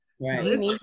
Right